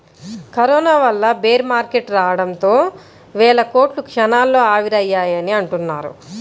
corona వల్ల bear market రావడంతో వేల కోట్లు క్షణాల్లో ఆవిరయ్యాయని అంటున్నారు